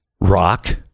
Rock